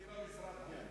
מתקציב המשרד, כן.